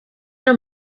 are